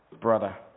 brother